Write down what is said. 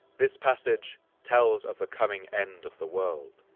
this passage tells of the coming end of the world,